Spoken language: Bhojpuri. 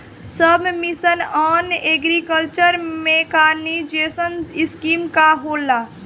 सब mission on agriculture mechanisation scheme का होला?